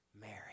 Mary